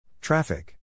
Traffic